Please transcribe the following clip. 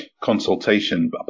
consultation